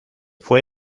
fue